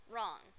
Wrong